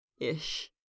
ish